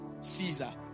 Caesar